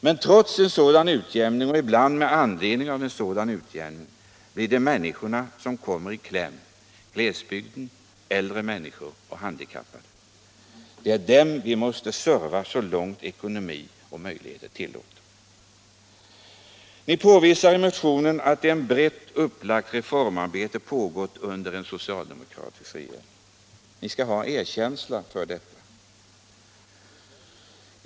Men trots en sådan utjämning, och ibland med anledning av den, blir det människorna som kommer i kläm — människorna i glesbygden, äldre människor och handikappade. Det är dem som vi måste ge service så långt ekonomiska och andra möjligheter tillåter. Ni påvisar i motionen att ett brett upplagt reformarbete har pågått under den socialdemokratiska regeringen. Ni skall ha erkänsla för detta.